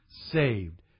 saved